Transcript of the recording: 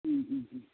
മ് മ് മ്